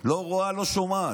לא רואה, לא שומעת.